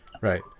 Right